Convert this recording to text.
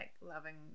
loving